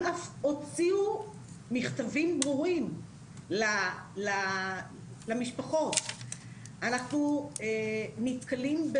אם אפשר כי ככה לדבר על כולם במקשה אחת אנחנו סתם נשמע